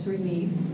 Relief